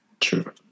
True